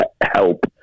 help